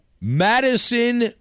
Madison